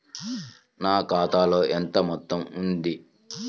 నా ఖాతాలో ఎంత మొత్తం ఉంది?